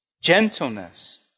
gentleness